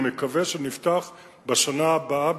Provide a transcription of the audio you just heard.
אני מקווה שנפתח בשנה הבאה,